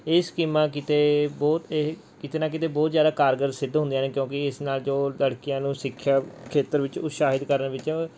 ਇਹ ਸਕੀਮਾਂ ਕਿਤੇ ਬਹੁਤ ਇਹ ਕਿਤੇ ਨਾ ਕਿਤੇ ਬਹੁਤ ਜ਼ਿਆਦਾ ਕਾਰਗਰ ਸਿੱਧ ਹੁੰਦੀਆਂ ਨੇ ਕਿਉਂਕਿ ਇਸ ਨਾਲ ਜੋ ਲੜਕੀਆਂ ਨੂੰ ਸਿੱਖਿਆ ਖੇਤਰ ਵਿੱਚ ਉਤਸ਼ਾਹਿਤ ਕਰਨ ਵਿੱਚ